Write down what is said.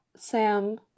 Sam